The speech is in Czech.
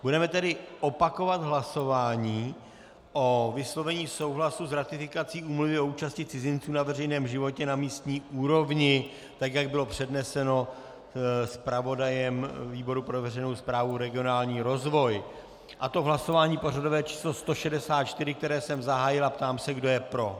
Budeme tedy opakovat hlasování o vyslovení souhlasu s ratifikací Úmluvy o účasti cizinců na veřejném životě na místní úrovni, jak bylo předneseno zpravodajem výboru pro veřejnou správu a regionální rozvoj, a to v hlasování pořadové číslo 164, které jsem zahájil, a ptám se, kdo je pro.